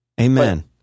Amen